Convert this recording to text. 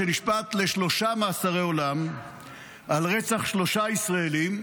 שנשפט לשלושה מאסרי עולם על רצח שלושה ישראלים,